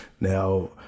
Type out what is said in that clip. Now